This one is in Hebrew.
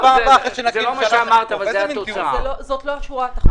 זה לא מה שאמרתי, זו לא השורה התחתונה.